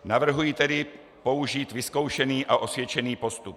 Navrhuji tedy použít vyzkoušený a osvědčený postup.